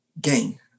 gain